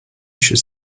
should